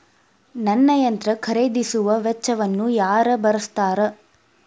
ನನ್ನ ಯಂತ್ರ ಖರೇದಿಸುವ ವೆಚ್ಚವನ್ನು ಯಾರ ಭರ್ಸತಾರ್?